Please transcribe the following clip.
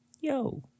Yo